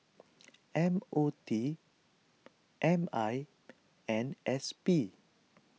M O T M I and S P